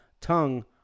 tongue